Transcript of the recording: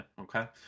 okay